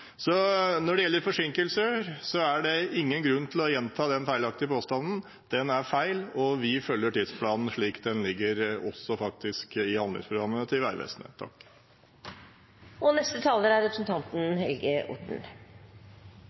Så når det gjelder forsinkelser, er det ingen grunn til å gjenta den feilaktige påstanden. Den er feil, og vi følger tidsplanen, slik den også ligger i handlingsprogrammet til Vegvesenet. Jeg føler på tampen behov for å kommentere litt det som representanten